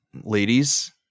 ladies